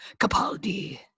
Capaldi